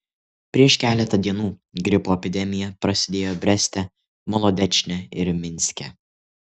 prieš keletą dienų gripo epidemija prasidėjo breste molodečne ir minske